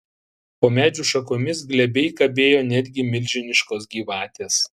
po medžių šakomis glebiai kabėjo netgi milžiniškos gyvatės